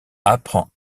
apprend